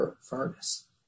furnace